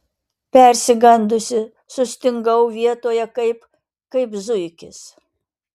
persigandusi sustingau vietoje kaip kaip zuikis